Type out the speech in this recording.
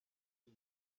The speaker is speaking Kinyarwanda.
nzu